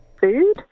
Food